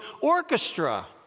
orchestra